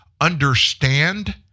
understand